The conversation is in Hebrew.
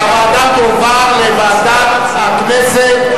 הצעת החוק תועבר לוועדת הכנסת,